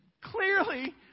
Clearly